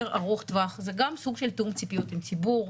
ארוך טווח זה גם סוג של תיאום ציפיות עם ציבור,